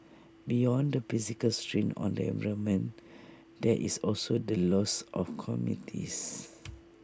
beyond the physical strain on the environment there is also the loss of communities